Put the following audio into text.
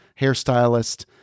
hairstylist